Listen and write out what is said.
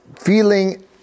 feeling